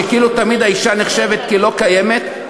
שכאילו תמיד האישה נחשבת כלא קיימת,